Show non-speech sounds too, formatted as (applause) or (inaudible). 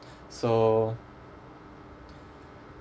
(breath) so